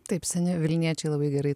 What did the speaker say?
taip seni vilniečiai labai gerai